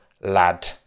lad